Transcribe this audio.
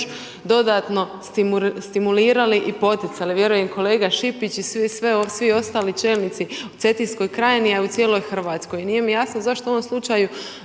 dodatno stimulirali i poticali. Vjerujem i kolega Šipiš i svi ostali čelnici u Cetinskoj krajini, a i u cijeloj Hrvatskoj. Nije mi jasno, zašto u ovom slučaju